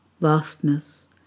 vastness